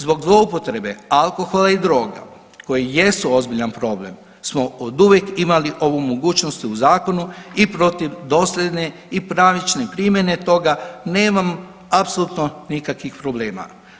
Zbog zloupotrebe alkohola i droga koje jesu ozbiljan problem smo oduvijek imali ovu mogućnost u zakonu i protiv dosljedne i pravične primjene toga nemam apsolutno nikakvih problema.